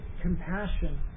compassion